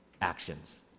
actions